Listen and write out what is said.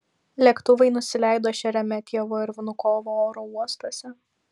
lėktuvai nusileido šeremetjevo ir vnukovo oro uostuose